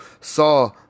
saw